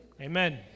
Amen